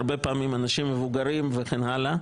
הרבה פעמים אנשים מבוגרים וכן הלאה.